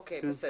אוקיי, בסדר,